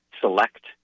select